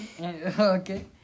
Okay